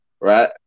right